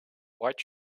white